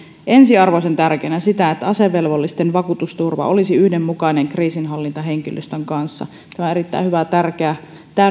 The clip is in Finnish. ensiarvoisen tärkeänä sitä että asevelvollisten vakuutusturva olisi yhdenmukainen kriisinhallintahenkilöstön kanssa tämä on erittäin hyvä ja tärkeä